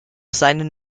seinen